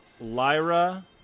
Lyra